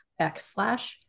backslash